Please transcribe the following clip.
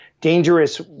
Dangerous